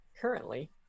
Currently